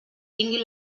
tinguin